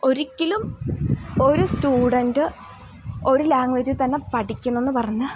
ഒരിക്കലും ഒരു സ്റ്റൂഡൻ്റ് ഒരു ലാംഗ്വേജിൽ തന്നെ പഠിക്കണമെന്നു പറഞ്ഞാൽ